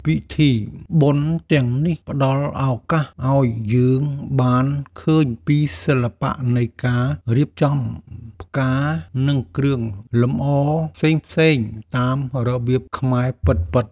ពិធីបុណ្យទាំងនេះផ្តល់ឱកាសឱ្យយើងបានឃើញពីសិល្បៈនៃការរៀបចំផ្កា និងគ្រឿងលម្អផ្សេងៗតាមរបៀបខ្មែរពិតៗ។